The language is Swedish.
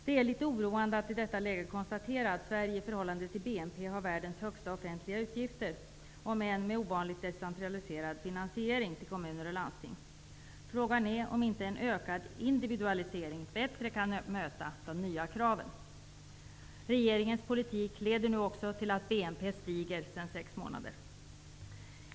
Det är litet oroande att i detta läge konstatera att Sverige i förhållande till BNP har världens högsta offentliga utgifter, om än med ovanligt decentraliserad finansiering till kommuner och landsting. Frågan är om inte en ökad individualisering bättre kan möta de nya kraven. Regeringens politik har nu också lett till att BNP stiger sedan sex månader tillbaka.